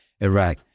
Iraq